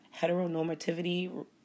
heteronormativity